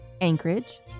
Anchorage